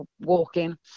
walking